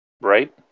right